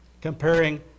comparing